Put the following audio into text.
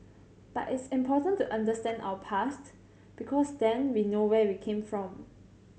but it's important to understand our past because then we know where we came from